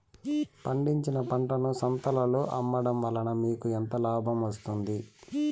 పండించిన పంటను సంతలలో అమ్మడం వలన మీకు ఎంత లాభం వస్తుంది?